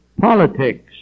politics